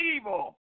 evil